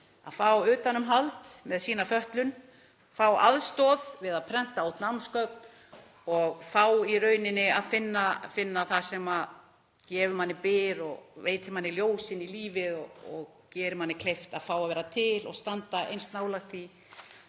að fá utanumhald um sína fötlun, fá aðstoð við að prenta út námsgögn og fá í rauninni að finna það sem gefur manni byr og veitir manni ljós inn í lífið og gerir manni kleift að fá að vera til og standa eins nálægt